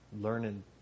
learning